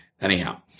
Anyhow